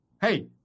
hey